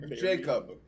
Jacob